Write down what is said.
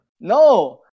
No